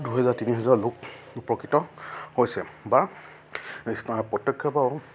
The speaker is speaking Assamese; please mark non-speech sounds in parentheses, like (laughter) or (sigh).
দুহেজাৰ তিনিহাজাৰ লোক উপকৃত হৈছে বা (unintelligible) প্ৰত্যক্ষে বাৰু